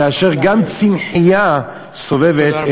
כאשר גם צמחייה סובבת,